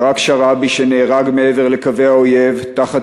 ברק שרעבי שנהרג מעבר לקווי האויב תחת